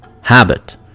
habit